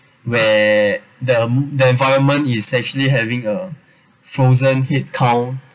where the the environment is actually having a frozen head count